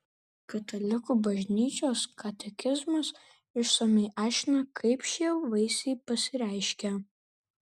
katalikų bažnyčios katekizmas išsamiai aiškina kaip šie vaisiai pasireiškia